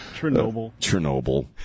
Chernobyl